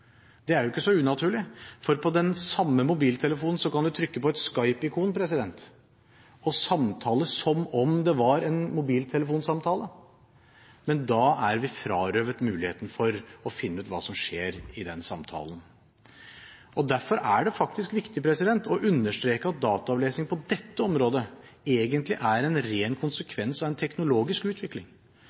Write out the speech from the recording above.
kommunikasjonsavlytting, er jo årsaken til at dataavlesing er så viktig, at folk som skal begå terror eller alvorlig kriminalitet, ikke lenger kommuniserer på avlyttbare mobiltelefoner. Det er ikke så unaturlig, for på den samme mobiltelefonen kan en trykke på et Skype-ikon og samtale som om det var en mobiltelefonsamtale, men da er vi frarøvet muligheten for å finne ut hva som skjer i den samtalen. Derfor er det faktisk viktig å understreke at dataavlesing på dette området